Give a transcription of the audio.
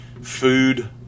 Food